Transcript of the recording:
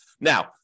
Now